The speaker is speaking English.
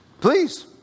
please